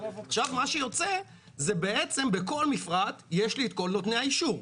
עכשיו מה שיוצא זה בעצם בכל מפרט יש לי את כל נותני האישור.